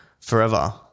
forever